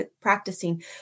practicing